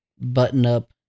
button-up